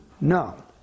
No